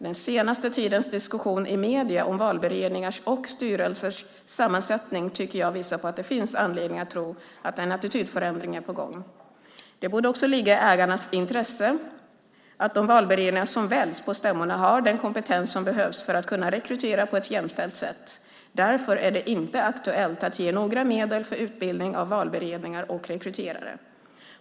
Den senaste tidens diskussion i medierna om valberedningars och styrelsers sammansättning tycker jag visar på att det finns anledning att tro att en attitydförändring är på gång. Det borde också ligga i ägarnas eget intresse att de valberedningar som väljs på stämmorna har den kompetens som behövs för att kunna rekrytera på ett jämställt sätt. Därför är det inte aktuellt att ge några medel för utbildning av valberedningar och rekryterare.